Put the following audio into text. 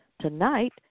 tonight